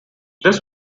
this